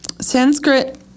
Sanskrit